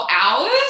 hours